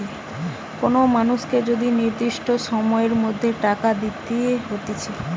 কোন মানুষকে যদি নির্দিষ্ট সময়ের মধ্যে টাকা দিতে হতিছে